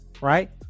Right